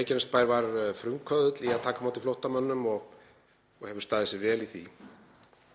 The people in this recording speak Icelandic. Reykjanesbær var frumkvöðull í að taka á móti flóttamönnum og hefur staðið sig vel í því.